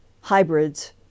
hybrids